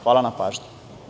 Hvala na pažnji.